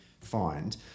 find